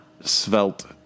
svelte